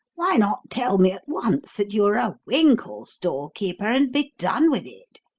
why not tell me at once that you are a winkle stall-keeper and be done with it?